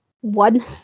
One